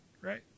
right